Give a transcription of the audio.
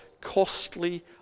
costly